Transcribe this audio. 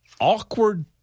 awkward